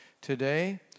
Today